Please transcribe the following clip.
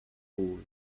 cool